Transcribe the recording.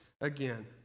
again